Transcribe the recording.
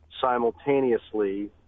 simultaneously